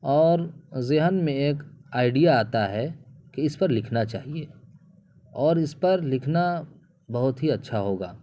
اور ذہن میں ایک آئیڈیا آتا ہے کہ اس پر لکھنا چاہیے اور اس پر لکھنا بہت ہی اچھا ہوگا